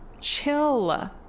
Chill